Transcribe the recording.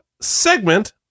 segment